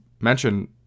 mention